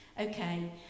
Okay